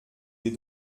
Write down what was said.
des